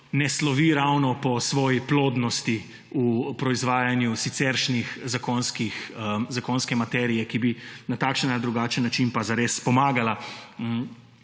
ne slovi ravno po svoji plodnosti v proizvajanju siceršnje zakonske materije, ki bi na takšen ali drugačen način pa zares pomagala